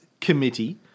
Committee